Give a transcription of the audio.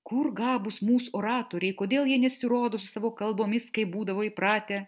kur gabūs mūs oratoriai kodėl jie nesirodo su savo kalbomis kaip būdavo įpratę